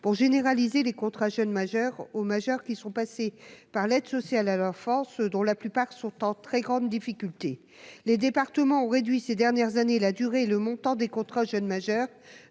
pour généraliser les contrats jeunes majeurs au majeurs qui sont passés par l'aide sociale à l'enfance, dont la plupart sont en très grande difficulté, les départements ont réduit ces dernières années, la durée, le montant des contrats jeunes majeurs,